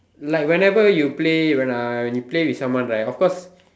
like whenever you play when uh you play with someone right of course